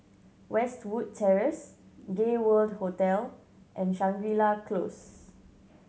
Westwood Terrace Gay World Hotel and Shangri La Close